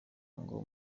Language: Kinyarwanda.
ngo